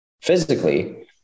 physically